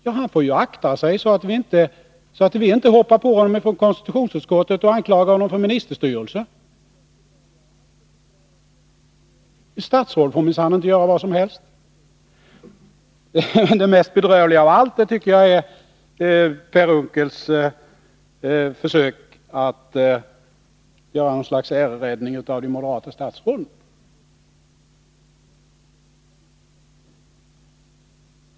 Ja, men han får akta sig så att vi i konstitutionsutskottet inte anklagar honom för ministerstyrelse. Ett statsråd får minsann inte göra vad som helst. Det mest bedrövliga av allt tycker jag är Per Unckels försök att göra något slags äreräddning av de moderata statsråden.